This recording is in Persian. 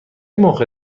موقع